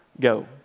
go